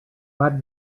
what